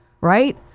right